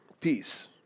Peace